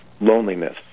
loneliness